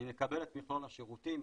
אני מקבל את מכלול השירותים,